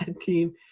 team